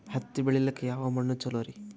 ಹತ್ತಿ ಬೆಳಿಲಿಕ್ಕೆ ಯಾವ ಮಣ್ಣು ಚಲೋರಿ?